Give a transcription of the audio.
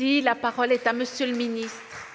La parole est à M. le ministre.